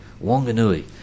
Wanganui